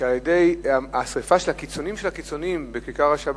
שהשרפה של דגל על-ידי הקיצונים של הקיצונים בכיכר השבת,